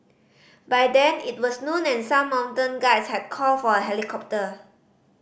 by then it was noon and some mountain guides had called for a helicopter